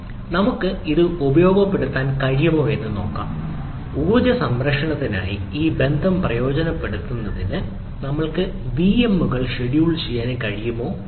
നമുക്ക് ഇത് ഉപയോഗപ്പെടുത്താൻ കഴിയുമോ എന്ന് നോക്കാം ഊർജ്ജ സംരക്ഷണത്തിനായി ഈ ബന്ധം പ്രയോജനപ്പെടുത്തുന്നതിന് നമ്മൾക്ക് വിഎമ്മുകൾ ഷെഡ്യൂൾ ചെയ്യാൻ കഴിയുമോ എന്നതും